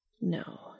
No